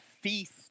feast